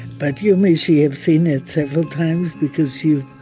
but you mishy have seen it several times because you,